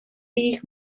ich